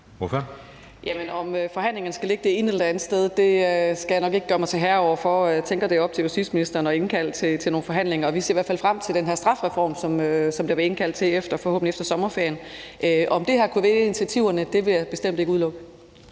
Kastbjerg (DD): Om forhandlingerne skal ligge det ene eller det andet sted, skal jeg nok ikke gøre mig til dommer over. Jeg tænker, at det er op til justitsministeren at indkalde til nogle forhandlinger, og vi ser i hvert fald frem til den her strafreform, som der forhåbentlig bliver indkaldt til forhandlinger om efter sommerferien. Om det her kunne være et af initiativerne, vil jeg bestemt ikke udelukke.